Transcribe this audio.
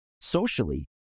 socially